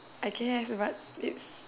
I guess but it's